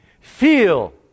Feel